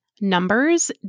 numbers